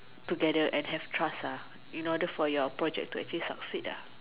together and have trust ah in order for your project to succeed lah